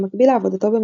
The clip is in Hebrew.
במקביל לעבודתו במחקר,